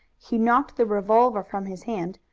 he knocked the revolver from his hand,